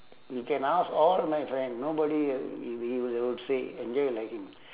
you can ask all my friend nobody ah they will all say enjoy like him